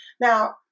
now